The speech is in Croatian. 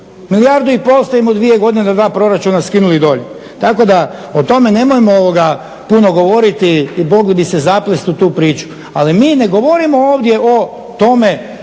Milijardu i pol ste im u dvije godine, na dva proračuna skinuli dolje. Tako da o tome nemojmo puno govoriti i mogli bi se zaplesti u tu priču. Ali mi ne govorimo ovdje o tome